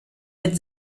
mit